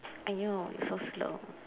!aiyo! so slow